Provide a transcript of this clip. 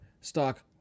stock